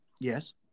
Yes